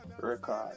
record